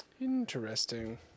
interesting